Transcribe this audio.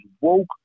woke